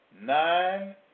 nine